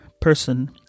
person